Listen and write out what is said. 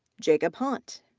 jacob hunt.